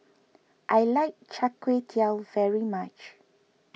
I like Char Kway Teow very much